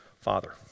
Father